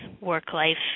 work-life